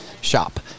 shop